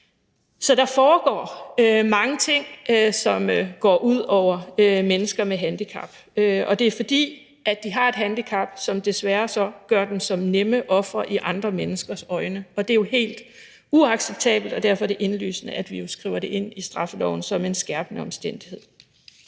Så der foregår mange ting, som går ud over mennesker med handicap, og det er, fordi de har et handicap, at de desværre bliver til nemme ofre i andre menneskers øjne, og det er jo helt uacceptabelt, og derfor er det indlysende, at vi skriver det ind i straffeloven som en skærpende omstændighed.